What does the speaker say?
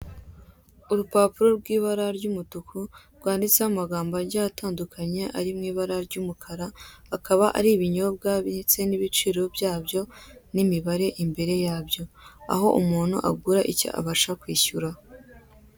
Urupapuro rw'ibara ry'umutuku rwandtseho amagambo agiye atandukanye ari mu ibara ry'umukara, akaba ari ibinyobwa ndetse n'ibiciro byabyo n'imibare imbere yabyo aho umuntu agura icyo abasha kwishyura.